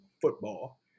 football